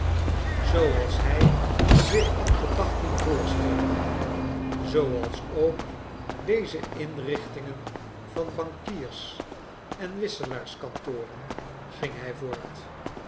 zooals hij zich in gedachten voorstelde zooals ook deze inrichtingen van bankiersen wisselaarskantoren ging hij voort